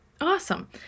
Awesome